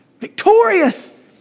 Victorious